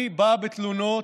אני בא בתלונות